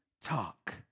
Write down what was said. talk